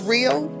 Real